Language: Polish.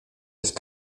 jest